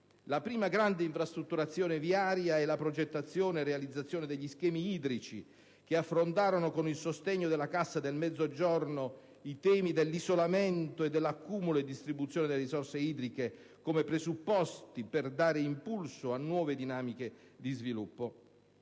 La prima grande infrastrutturazione viaria e la progettazione e realizzazione degli schemi idrici affrontarono, con il sostegno della Cassa del Mezzogiorno, le problematiche dell'isolamento e dell'accumulo e della distribuzione delle risorse idriche, come presupposti per dare impulso a nuove dinamiche di sviluppo.